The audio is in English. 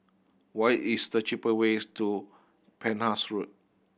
what is the cheap ways to Penhas Road